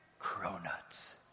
cronuts